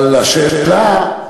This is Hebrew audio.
אבל השאלה,